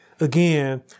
again